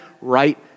right